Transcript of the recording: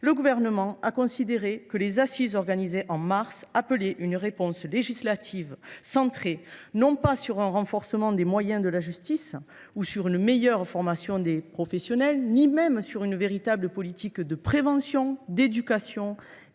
le Gouvernement a considéré que les assises organisées au mois de mars dernier appelaient une réponse législative centrée, non pas sur un renforcement des moyens de la justice ou sur une meilleure formation des professionnels, ni même sur une véritable politique de prévention, d’éducation